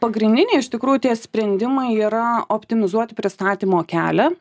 pagrindiniai iš tikrųjų tie sprendimai yra optimizuoti pristatymo kelią